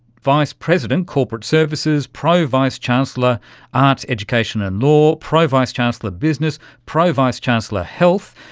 vice president corporate services, pro vice chancellor arts education and law, pro vice chancellor business, pro vice chancellor health,